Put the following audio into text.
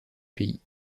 pays